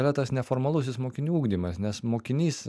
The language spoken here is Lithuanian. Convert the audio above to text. yra tas neformalusis mokinių ugdymas nes mokinys